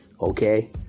okay